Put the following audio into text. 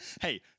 Hey